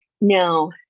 No